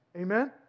Amen